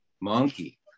Monkey